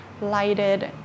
lighted